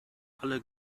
alle